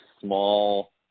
small